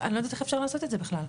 אני לא יודעת איך אפשר לעשות את זה בכלל?